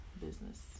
business